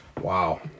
Wow